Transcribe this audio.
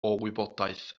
wybodaeth